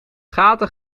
gaten